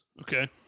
okay